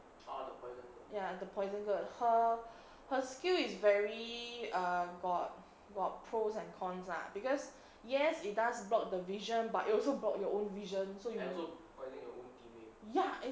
ya the poison girl her her skill is very err got got pros and cons lah because yes it does block the vision but it also block your own vision so you have to ya